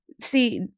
see